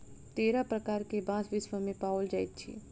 तेरह प्रकार के बांस विश्व मे पाओल जाइत अछि